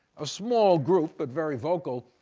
a small group, but very vocal,